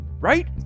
Right